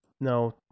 no